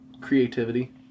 creativity